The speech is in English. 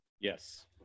Yes